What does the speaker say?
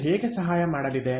ಅದು ಹೇಗೆ ಸಹಾಯ ಮಾಡಲಿದೆ